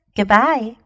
Goodbye